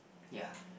ya